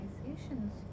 organizations